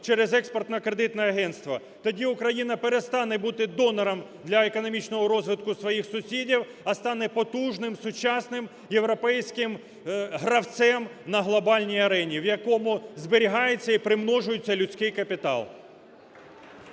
через Експортно-кредитне агентство. Тоді Україна перестане бути донором для економічного розвитку своїх сусідів, а стане потужним, сучасним європейським гравцем на глобальній арені, в якому зберігається і примножується людський капітал.